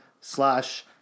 slash